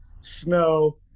snow